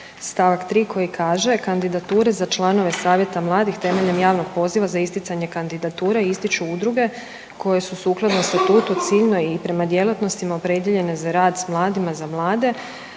stavak 3. koji kaže: „Kandidature za članove Savjeta mladih temeljem javnog poziva za isticanje kandidature ističu udruge koje su sukladno Statutu ciljno i prema djelatnostima opredijeljene za rad s mladima za mlade,